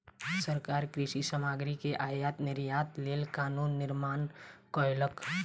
सरकार कृषि सामग्री के आयात निर्यातक लेल कानून निर्माण कयलक